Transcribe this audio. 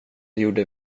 gjorde